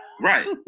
Right